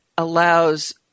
allows